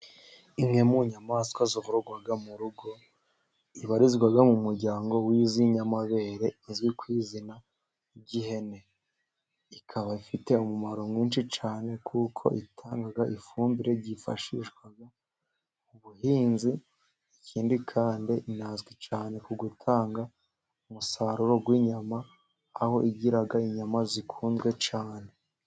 Imwe mu nyamaswa zororwa mu rugo ibarizwa mu muryango w'izinyamabere izwi ku izina ry'ihene, ikaba ifite umumaro mwinshi cyane kuko itanga ifumbire ryifashishwa mubuhinzi, ikindi kandi inazwi cyane ku gutanga umusaruro w'inyama aho igira inyama zikunzwe cyane.